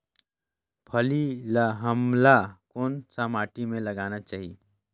फल्ली ल हमला कौन सा माटी मे लगाना चाही?